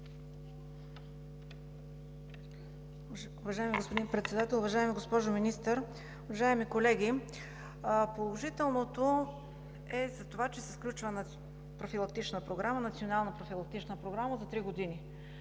Уважаеми господин Председател, уважаема госпожо Министър, уважаеми колеги! Положителното е, че се приема Национална профилактична програма за три години.